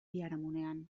biharamunean